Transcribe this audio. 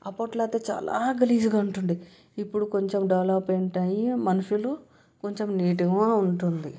అప్పట్లో అయితే చాలా గలీజ్గా ఉంటు ఉండే ఇప్పుడు కొంచెం డెవలప్మెంట్ అయి మనుషులు కొంచెం నీట్గా ఉంటుంది